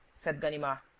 said ganimard,